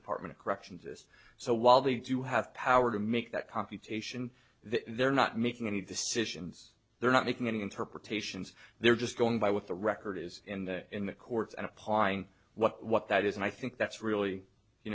department of corrections is so while they do have power to make that computation they're not making any decisions they're not making any interpretations they're just going by what the record is in the in the courts and pine what what that is and i think that's really you